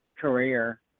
career